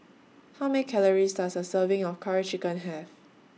How Many Calories Does A Serving of Curry Chicken Have